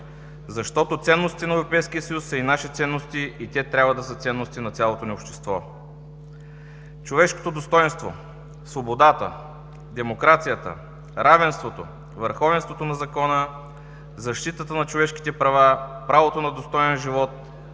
Защото ценностите на Европейския съюз са и наши ценности и те трябва да са ценности на цялото ни общество. Човешкото достойнство, свободата, демокрацията, равенството, върховенството на закона, защитата на човешките права, правото на достоен живот,